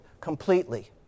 completely